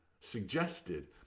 suggested